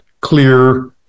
clear